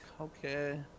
okay